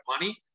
money